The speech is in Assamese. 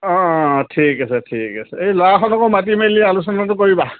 অঁ ঠিক আছে ঠিক আছে এই ল'ৰাসকলকো মাতি মেলি আলোচনাটো কৰিবা